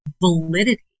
validity